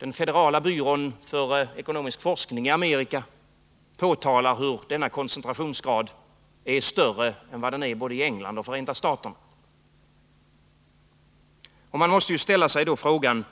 Den federala byrån för ekonomisk forskning framhåller att sådan maktkoncentration är större här än i både England och Förenta staterna. Då måste man ställa sig frågan: